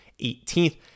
18th